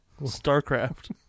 Starcraft